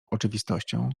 oczywistością